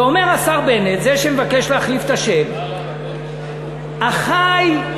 ואומר השר בנט, זה שמבקש להחליף את השם, "אחי".